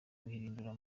kurihindura